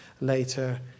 later